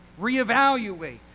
reevaluate